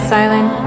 silent